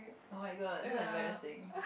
oh-my-god so embarrassing